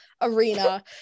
arena